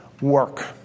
work